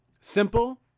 simple